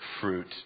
fruit